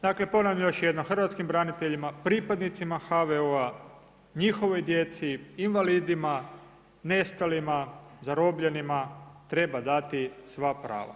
Dakle, ponavljam još jednom hrvatskim braniteljima, pripadnicima HVO-a njihovoj djeci, invalidima, nestalima, zarobljenima treba dati sva prava.